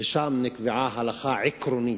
ושם נקבעה הלכה עקרונית,